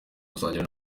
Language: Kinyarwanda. gusangira